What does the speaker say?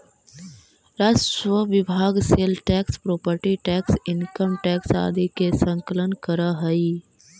राजस्व विभाग sale tax property tax income tax आदि के संकलन करऽ हई